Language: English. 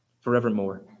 forevermore